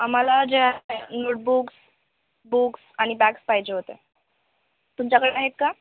आम्हाला ज्या notebooks books आणि बॅग्स पाहिजे होते तुमच्याकडे आहेत का